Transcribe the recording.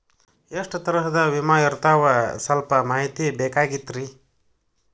ಎಷ್ಟ ತರಹದ ವಿಮಾ ಇರ್ತಾವ ಸಲ್ಪ ಮಾಹಿತಿ ಬೇಕಾಗಿತ್ರಿ